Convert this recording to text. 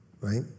Right